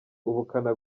ubukana